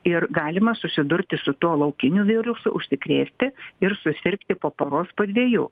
ir galima susidurti su tuo laukiniu virusu užsikrėsti ir susirgti po paros po dviejų